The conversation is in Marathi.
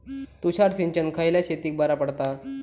तुषार सिंचन खयल्या शेतीक बरा पडता?